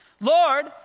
Lord